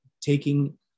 taking